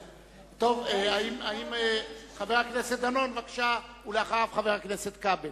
טוב, חבר הכנסת דנון, ואחריו, חבר הכנסת כבל.